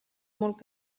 molt